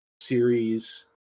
series